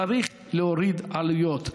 צריך להוריד עלויות.